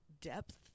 depth